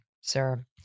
sir